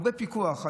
הרבה פיקוח.